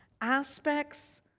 aspects